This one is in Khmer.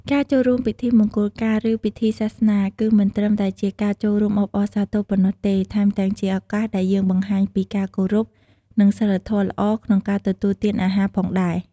ការចូលរួមពិធីមង្គលការ ឬពិធីសាសនា គឺមិនត្រឹមតែជាការចូលរួមអបអរសាទរប៉ុណ្ណោះទេ ថែមទាំងជាឱកាសដែលយើងបង្ហាញពីការគោរព និងសីលធម៌ល្អក្នុងការទទួលទានអាហារផងដែរ។